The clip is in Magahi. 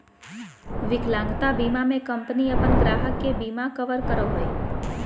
विकलांगता बीमा में कंपनी अपन ग्राहक के बिमा कवर करो हइ